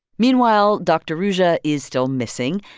meanwhile, dr. ruja is still missing,